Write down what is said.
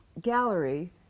gallery